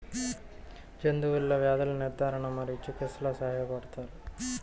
జంతువులలో వ్యాధుల నిర్ధారణ మరియు చికిత్చలో సహాయపడుతారు